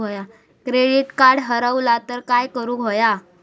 Credit card हरवला तर काय करुक होया?